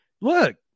look